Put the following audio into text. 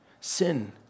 Sin